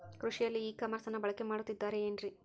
ಕೃಷಿಯಲ್ಲಿ ಇ ಕಾಮರ್ಸನ್ನ ಬಳಕೆ ಮಾಡುತ್ತಿದ್ದಾರೆ ಏನ್ರಿ?